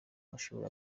mashuri